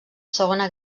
segona